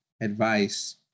advice